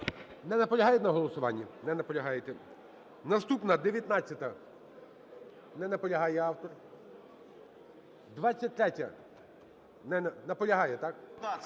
Не наполягаєте на голосуванні? Не наполягаєте. Наступна - 19-а. Не наполягає автор. 23-я. Не... Наполягає, так?